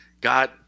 God